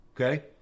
Okay